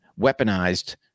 weaponized